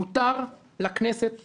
מותר לכנסת לחוקק.